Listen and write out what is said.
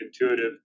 intuitive